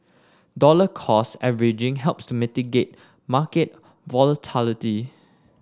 dollar cost averaging helps to mitigate market volatility